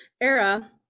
era